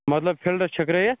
مطلب فیٖلڈَس چھٔکرٲوِتھ